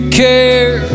care